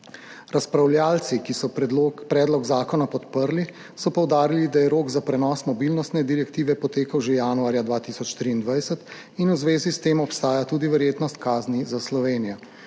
Razpravljavci, ki so predlog zakona podprli, so poudarili, da je rok za prenos mobilnostne direktive potekal že januarja 2023 in v zvezi s tem obstaja tudi verjetnost kazni za Slovenijo.